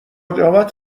جواد